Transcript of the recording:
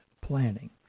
planning